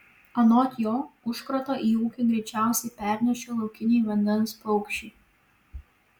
anot jo užkratą į ūkį greičiausiai pernešė laukiniai vandens paukščiai